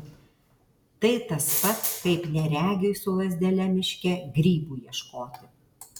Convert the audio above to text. tai tas pat kaip neregiui su lazdele miške grybų ieškoti